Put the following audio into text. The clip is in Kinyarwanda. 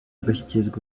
agashyikirizwa